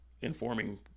informing